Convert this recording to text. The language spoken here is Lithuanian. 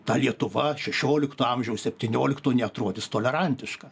ta lietuva šešiolikto amžiaus septyniolikto neatrodys tolerantiška